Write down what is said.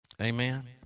Amen